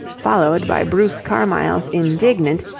followed by bruce carmyle's indignant,